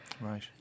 Right